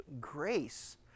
grace